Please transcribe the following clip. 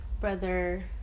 brother